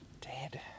Dead